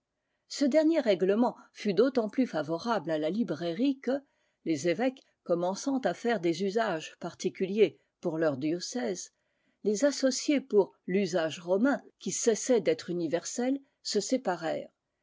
ce dernier règlement fut d'autant plus favorable à la librairie que les évêques commençant à faire des usages particuliers pour leurs diocèses les associés pour l'usage romain qui cessait d'être universel se